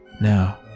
Now